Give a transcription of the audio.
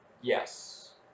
Yes